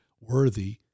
worthy